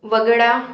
वगळा